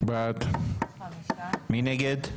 מי נגד?